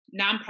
nonprofit